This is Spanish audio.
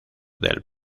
del